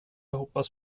hoppats